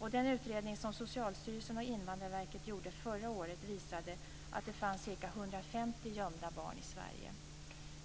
år. Den utredning som Socialstyrelsen och Invandrarverket gjorde förra året visade att det fanns ca 150 gömda barn i Sverige.